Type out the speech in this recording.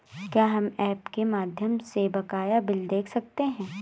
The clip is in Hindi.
क्या हम ऐप के माध्यम से बकाया बिल देख सकते हैं?